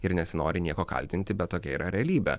ir nesinori nieko kaltinti bet tokia yra realybė